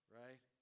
right